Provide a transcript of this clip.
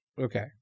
Okay